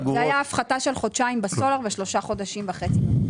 זאת הייתה הפחתה של חודשיים בסולר ושלושה חודשים וחצי בבנזין.